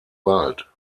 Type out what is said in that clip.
wald